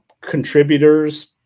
contributors